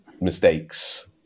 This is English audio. mistakes